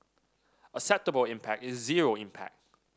acceptable impact is zero impact